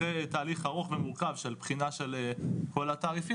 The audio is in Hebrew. אחרי תהליך ארוך ומורכב של בחינה של כל התעריפים